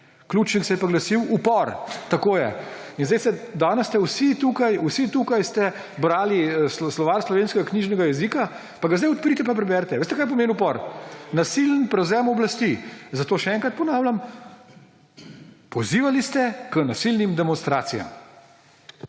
Ključnik se je pa glasil #upor. Tako je. Danes ste vi tukaj brali Slovar slovenskega knjižnega jezika, pa ga zdaj odprite pa preberite. Ali veste, kaj pomeni upor? Nasilen prevzem oblasti. Zato še enkrat ponavljam. Pozivali ste k nasilnim demonstracijam.